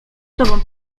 tobą